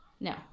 no